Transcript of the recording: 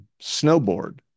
snowboard